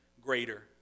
greater